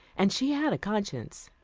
and she had a conscience.